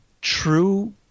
true